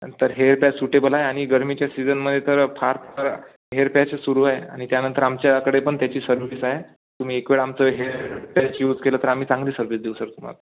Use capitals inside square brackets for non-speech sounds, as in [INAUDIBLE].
आणि तर hair patch suitable आहे आणि गरमीच्या सीझनमध्ये तर फार [UNINTELLIGIBLE] हेअर पॅचच सुरू आहे आणि त्यानंतर आमच्याकडे पण त्याची सर्विस आहे तुम्ही एकवेळ आमचं हेअर [UNINTELLIGIBLE] पॅच यूज केलं तर आम्ही चांगली सर्विस देऊ सर तुम्हाला